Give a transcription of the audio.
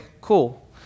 cool